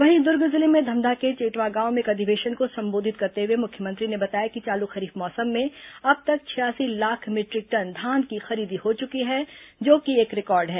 वहीं दुर्ग जिले में धमधा के चेटवा गांव में एक अधिवेशन को संबोधित करते हुए मुख्यमंत्री ने बताया कि चालू खरीफ मौसम में अब तक छियासी लाख मीटरिक टन धान की खरीदी हो चुकी है जो कि एक रिकॉर्ड है